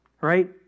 Right